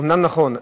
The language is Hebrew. אומנם נכון,